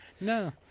No